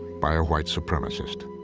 by a white supremacist.